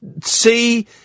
see